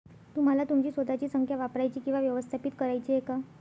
तुम्हाला तुमची स्वतःची संख्या वापरायची किंवा व्यवस्थापित करायची आहे का?